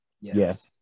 yes